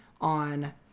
on